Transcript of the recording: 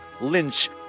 Lynch